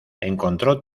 encontró